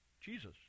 Jesus